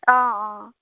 অঁ অঁ